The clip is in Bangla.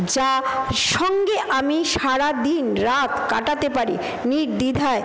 যা সঙ্গে আমি সারাদিন রাত কাটাতে পারি নির্দ্বিধায়